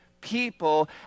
people